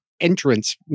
entrance